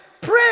pray